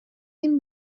این